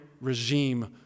regime